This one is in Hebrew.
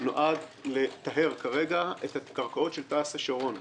נועד לטהר כרגע את הקרקעות של תע"ש השרון.